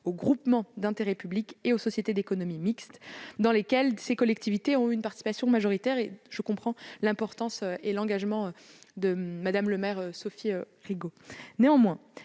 aux groupements d'intérêts public et aux sociétés d'économie mixte dans lesquelles ces collectivités ont une participation majoritaire. Je comprends l'importance et l'engagement de Mme le maire Sophie Rigault.